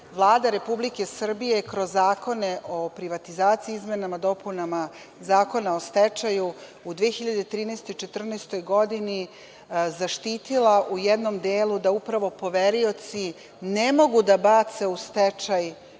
Vlada Republike Srbije kroz zakone o privatizaciji, izmenama i dopunama Zakona o stečaju u 2013. i 2014. godini zaštitila u jednom delu da upravo poverioci ne mogu da bace u stečaj